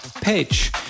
pitch